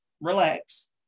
relax